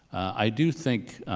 i do think,